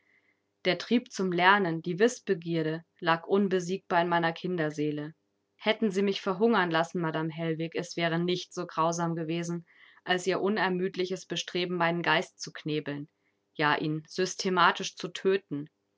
der trieb zum lernen die wißbegierde lag unbesiegbar in meiner kinderseele hätten sie mich verhungern lassen madame hellwig es wäre nicht so grausam gewesen als ihr unermüdliches bestreben meinen geist zu knebeln ja ihn systematisch zu töten